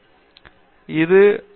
பேராசிரியர் பிரதாப் ஹரிதாஸ் சரி